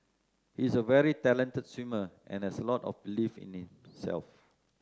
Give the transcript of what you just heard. he is a very talented swimmer and has a lot of belief in self